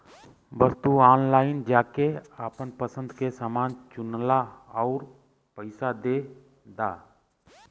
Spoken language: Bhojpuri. बस तू ऑनलाइन जाके आपन पसंद के समान चुनला आउर पइसा दे दा